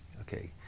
okay